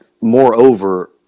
moreover